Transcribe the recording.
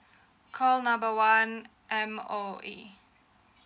call number M_O_E